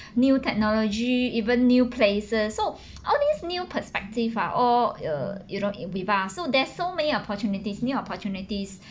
new technology even new places so all these new perspective are all uh you know so there's so many opportunities new opportunities